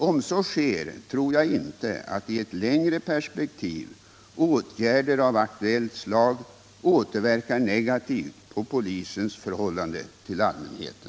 Om så sker tror jag inte att i ett längre perspektiv åtgärder av aktuellt slag återverkar negativt på polisens förhållande till allmänheten.